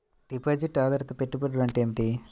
Deposit ఆధారిత పెట్టుబడులు అంటే ఏమిటి?